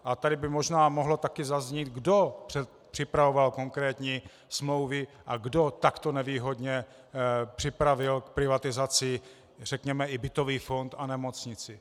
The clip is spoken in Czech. A tady by možná mohlo taky zaznít, kdo připravoval konkrétní smlouvy a kdo takto nevýhodně připravil k privatizaci i bytový fond a nemocnici.